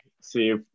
see